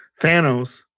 Thanos